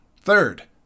Third